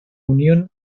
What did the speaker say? unión